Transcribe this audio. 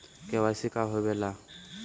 KYC का होवेला?